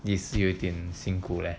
this year 有一点辛苦 leh